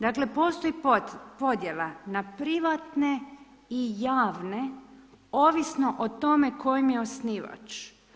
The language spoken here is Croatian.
Dakle, postoji podjela na privatne i javne, ovisno o tome tko im je osnivač.